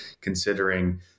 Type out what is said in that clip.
considering